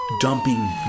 dumping